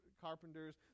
carpenters